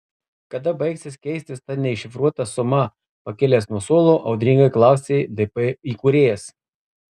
kada baigsis keistis ta neiššifruota suma pakilęs nuo suolo audringai klausė dp įkūrėjas